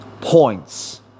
points